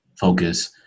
focus